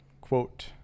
quote